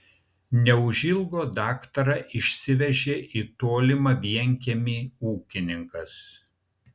neužilgo daktarą išsivežė į tolimą vienkiemį ūkininkas